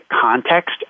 context